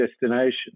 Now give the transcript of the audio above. destination